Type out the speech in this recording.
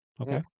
Okay